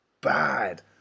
bad